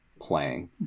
playing